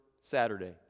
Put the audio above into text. Saturday